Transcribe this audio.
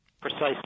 Precisely